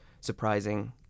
surprising